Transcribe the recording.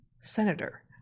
senator